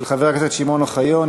של חבר הכנסת שמעון אוחיון,